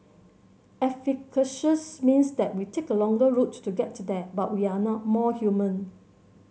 efficacious means that we take a longer route to get there but we are now more human